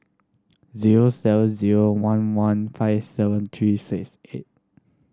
zero seven zero one one five seven three six eight